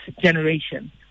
generation